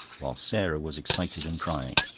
while sarah was excited and crying.